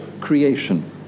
creation